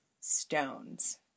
stones